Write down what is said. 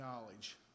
knowledge